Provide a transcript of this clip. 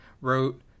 wrote